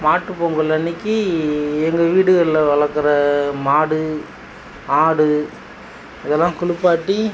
மாட்டுப்பொங்கல் அன்றைக்கி எங்கள் வீடுகளில் வளக்கிற மாடு ஆடு இதெல்லாம் குளுப்பாட்டி